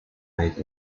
made